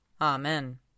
Amen